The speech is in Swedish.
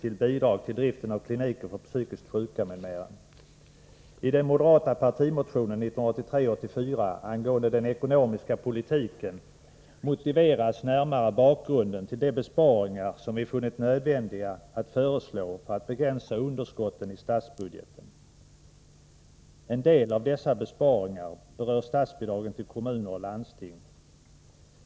I den moderata partimotionen 1983/84 angående den ekonomiska politiken motiveras närmare bakgrunden till de besparingar som vi funnit nödvändiga att föreslå för att begränsa underskotten i statsbudgeten. En del av dessa besparingar berör statsbidragen till kommuner och landsting.